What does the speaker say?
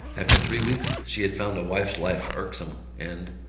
after three weeks she had found a wife's life irksome and,